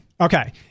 okay